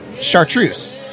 chartreuse